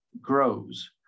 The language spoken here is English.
grows